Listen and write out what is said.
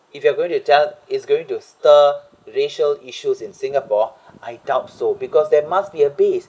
if you are going to tell is going to stir racial issues in singapore I doubt so because there must be a beast